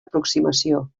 aproximació